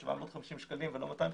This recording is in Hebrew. ה-750 שקלים ולא 250,